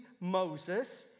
Moses